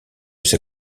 ses